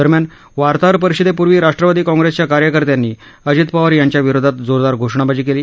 दरम्यान वार्ताहर परिषदेपूर्वी राष्ट्रवादी काँग्रेसच्या कार्यकर्त्यांनी अजित पवार यांच्या विरोधात जोरदार घोषणाबाजी केली